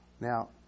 Now